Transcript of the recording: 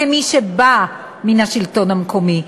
כמי שבאה מן השלטון המקומי,